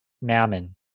mammon